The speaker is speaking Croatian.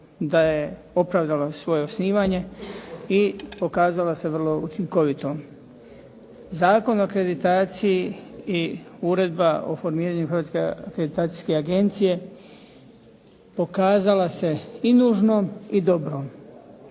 da je opravdalo svoje osnivanje i pokazalo se vrlo učinkovitom. Zakon o akreditaciji i uredba o formiranju Hrvatske akreditacijske